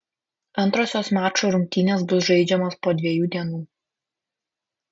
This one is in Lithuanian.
antrosios mačų rungtynės bus žaidžiamos po dviejų dienų